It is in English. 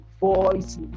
voices